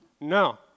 no